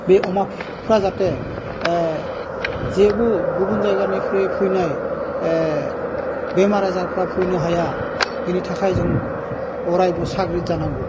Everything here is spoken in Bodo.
बे अमाफ्रा जाहाथे जेबो गुबुन जायगानिफ्राय फैनाय बेमार आजारफ्रा फैनो हाया बिनि थाखाय जों अरायबो साग्रिद जानांगौ